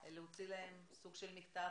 להוציא להם סוג של מכתב,